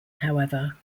however